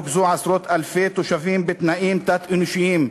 ששם רוכזו עשרות-אלפי תושבים בתנאים תת-אנושיים,